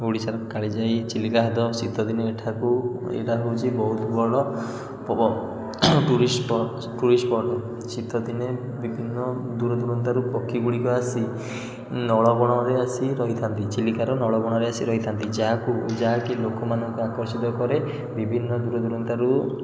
ଓଡ଼ିଶାର କାଳିଜାଇ ଚିଲିକାହ୍ରଦ ଶୀତଦିନେ ଏଠାକୁ ଏଇଟା ହେଉଛି ବହୁତ ବଡ଼ ପର୍ବ ଟୁରିଷ୍ଟ ଟୁରିଷ୍ଟ ସ୍ପଟ୍ ଶୀତଦିନେ ବିଭିନ୍ନ ଦୂରଦୂରାନ୍ତରୁ ପକ୍ଷୀ ଗୁଡ଼ିକ ଆସି ନଳବଣରେ ଆସି ରହିଥାନ୍ତି ଚିଲିକାର ନଳବଣରେ ଆସି ରହିଥାନ୍ତି ଯାଆକୁ ଯାହାକି ଲୋକମାନଙ୍କୁ ଆକର୍ଷିତ କରେ ବିଭିନ୍ନ ଦୂରଦୂରାନ୍ତରୁ